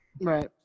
Right